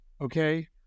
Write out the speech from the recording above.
Okay